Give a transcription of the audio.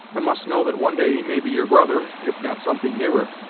and must know that one day he may be your brother if not something nearer.